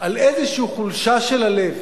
על איזו חולשה של הלב,